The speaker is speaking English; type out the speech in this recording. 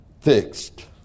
fixed